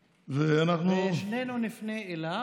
ואנחנו, שנינו נפנה אליו.